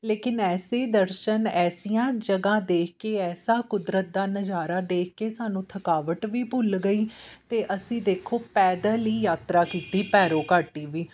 ਲੇਕਿਨ ਐਸੇ ਦਰਸ਼ਨ ਐਸੀਆਂ ਜਗ੍ਹਾਂ ਦੇਖ ਕੇ ਐਸਾ ਕੁਦਰਤ ਦਾ ਨਜ਼ਾਰਾ ਦੇਖ ਕੇ ਸਾਨੂੰ ਥਕਾਵਟ ਵੀ ਭੁੱਲ ਗਈ ਅਤੇ ਅਸੀਂ ਦੇਖੋ ਪੈਦਲ ਹੀ ਯਾਤਰਾ ਕੀਤੀ ਭੈਰੋ ਘਾਟੀ ਵੀ